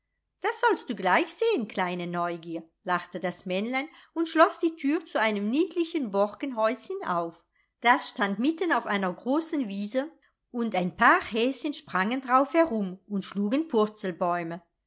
das sollst du gleich sehn kleine neugier lachte das männlein und schloß die tür zu einem niedlichen borkenhäuschen auf das stand mitten auf einer großen wiese und ein paar häschen sprangen drauf herum und schlugen